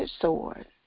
sword